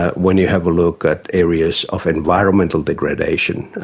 when you have a look at areas of environmental degradation,